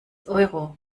euro